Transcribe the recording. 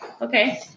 Okay